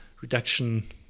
reduction